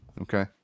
Okay